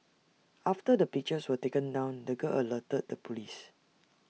after the pictures were taken down the girl alerted the Police